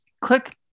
click